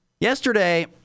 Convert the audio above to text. Yesterday